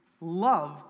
Love